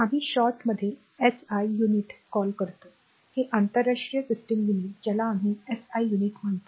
आम्ही short SI युनिटमध्ये call करतो हे आंतरराष्ट्रीय सिस्टम युनिट्स ज्याला आम्ही एसआय युनिट म्हणतो